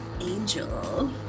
Angel